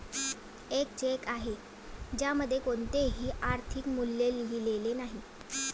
एक चेक आहे ज्यामध्ये कोणतेही आर्थिक मूल्य लिहिलेले नाही